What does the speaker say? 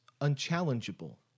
unchallengeable